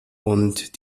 und